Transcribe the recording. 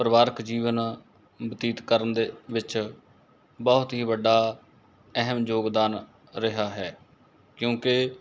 ਪਰਿਵਾਰਕ ਜੀਵਨ ਬਤੀਤ ਕਰਨ ਦੇ ਵਿੱਚ ਬਹੁਤ ਹੀ ਵੱਡਾ ਅਹਿਮ ਯੋਗਦਾਨ ਰਿਹਾ ਹੈ ਕਿਉਂਕਿ